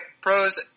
pros